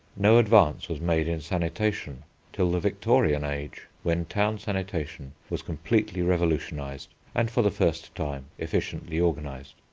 no advance was made in sanitation till the victorian age, when town sanitation was completely revolutionised and, for the first time, efficiently organised.